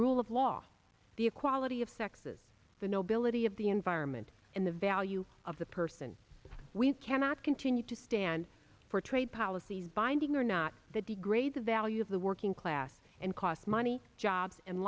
rule of law the equality of sexes the nobility of the environment and the value of the person we cannot continue to stand for trade policies binding or not that degrade the value of the working class and cost money jobs and